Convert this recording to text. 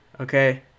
okay